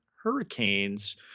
Hurricanes